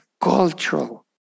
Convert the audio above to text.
cultural